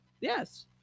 Yes